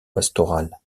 pastorale